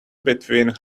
between